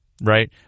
right